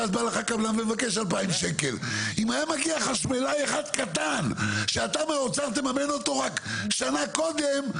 אם היה מגיע חשמלאי אחד קטן שאתה מהאוצר היית מממן אותו שנה קודם,